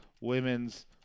Women's